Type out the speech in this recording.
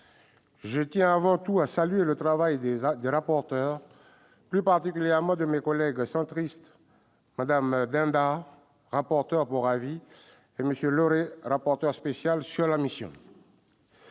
Je tiens avant tout à saluer le travail des rapporteurs, plus particulièrement de mes collègues centristes Mme Dindar, rapporteur pour avis, et M. Laurey, rapporteur spécial. Il est